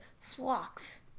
flocks